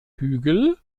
hügel